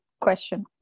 question